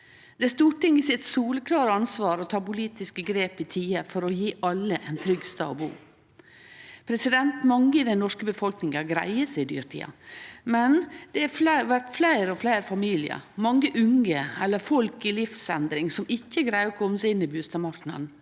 Det er Stortingets soleklare ansvar å ta politiske grep i tide for å gje alle ein trygg stad å bu. Mange i den norske befolkninga greier seg i dyrtida, men det blir fleire og fleire familiar, mange unge eller folk i ei livsendring, som ikkje greier å kome seg inn på bustadmarknaden.